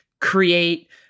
create